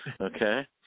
Okay